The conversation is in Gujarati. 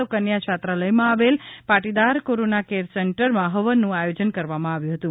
તો કન્યા છાત્રાલયમાં આવેલ પાટીદાર કોરોના કેર સેંટરમાં હવનનું આયોજન કરવામાં આવ્યું હતું